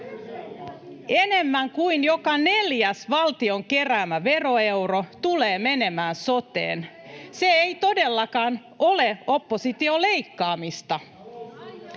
Enemmän kuin joka neljäs valtion keräämä veroeuro tulee menemään soteen. Se ei todellakaan ole, oppositio, leikkaamista.